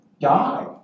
die